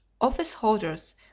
office-holders